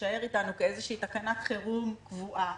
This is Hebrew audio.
שתישאר איתנו כאיזושהי תקנת חירום קבועה.